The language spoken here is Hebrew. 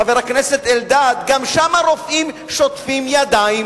חבר הכנסת אלדד: גם שם הרופאים שוטפים ידיים,